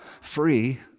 free